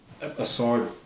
aside